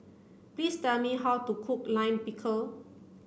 please tell me how to cook Lime Pickle